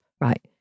Right